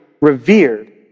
revered